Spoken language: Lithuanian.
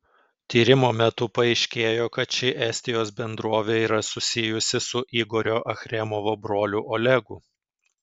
tyrimo metu paaiškėjo kad ši estijos bendrovė yra susijusi su igorio achremovo broliu olegu